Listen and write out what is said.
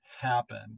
happen